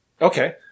Okay